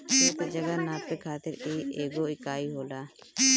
खेत, जगह नापे खातिर इ एगो इकाई होला